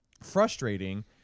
frustrating